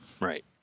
Right